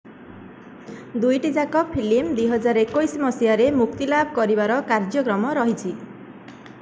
ଦୁଇଟି ଯାକ ଫିଲ୍ମ୍ ଦୁଇ ହଜାର ଏକୋଇଶ ମସିହାରେ ମୁକ୍ତିଲାଭ କରିବାର କାର୍ଯ୍ୟକ୍ରମ ରହିଛି